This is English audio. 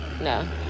No